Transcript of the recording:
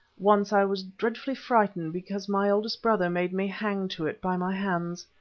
once i was dreadfully frightened because my eldest brother made me hang to it by my hands.